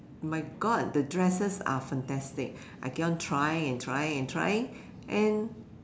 my God the dresses are fantastic I keep on trying and trying and trying and